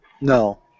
No